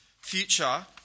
future